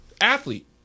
athlete